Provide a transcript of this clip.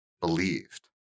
believed